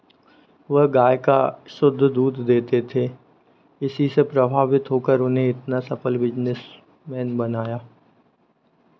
वह गाय का शुद्ध दूध देते थे इसी से प्रभावित होकर उन्हें इतना सफल बिज़नेसमैन बनाया